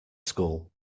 school